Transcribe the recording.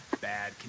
bad